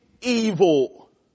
evil